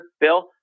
bill